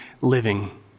living